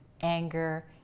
anger